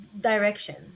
direction